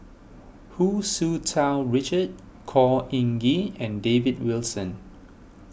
Hu Tsu Tau Richard Khor Ean Ghee and David Wilson